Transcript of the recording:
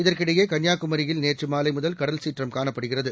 இதற்கிடையே கன்னியாகுமரியில் நேற்று மாலை முதல் கடல்சீற்றம் காணப்படுகிறது